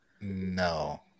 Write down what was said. No